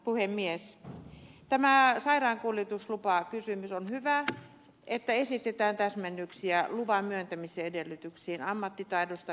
tämä sairaankuljetuslupakysymys on hyvä että esitetään täsmennyksiä luvan myöntämisedellytyksiin ammattitaidosta kalustosta ja niin edelleen